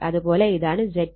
അത് പോലെ ഇതാണ് ZTH 2